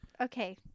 okay